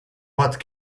what